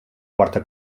quarta